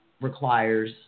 requires